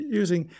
using